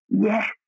Yes